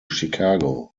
chicago